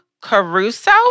Caruso